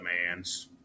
demands